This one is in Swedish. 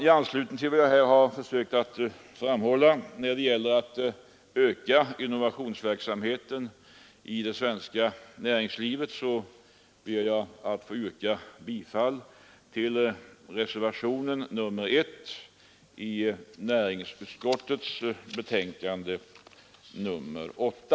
I anslutning till vad jag här framhållit när det gäller att öka innovationsverksamheten i det svenska näringslivet ber jag att få yrka bifall till reservationen 1 vid näringsutskottets betänkande nr 8.